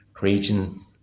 region